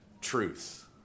truth